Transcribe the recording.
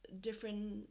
different